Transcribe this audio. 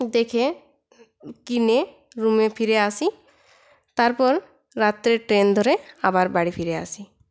দেখে কিনে রুমে ফিরে আসি তারপর রাত্রের ট্রেন ধরে আবার বাড়ি ফিরে আসি